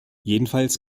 jedenfalls